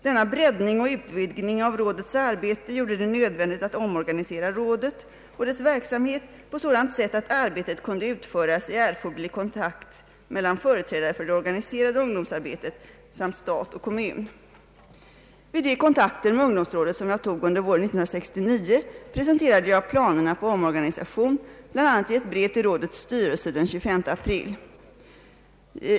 Denna breddning och utvidgning av rådets arbete gjorde det nödvändigt att omorganisera rådet och dess verksamhet på sådant sätt att arbetet kunde utföras i erforderlig kontakt mellan företrädare för det organiserade ungdomsarbetet samt stat och kommun. Vid de kontakter med ungdomsrådet som jag tog under våren 1969 presenterade jag planerna på omorganisation, bl.a. i ett brev till rådets styrelse den 25 april.